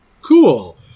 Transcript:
Cool